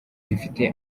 zifite